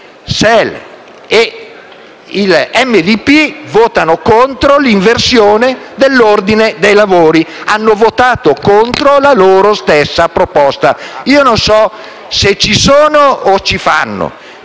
SEL e MDP hanno votato contro l'inversione dell'ordine dei lavori: hanno votato contro la loro stessa proposta. Non so se ci sono o ci fanno.